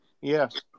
Yes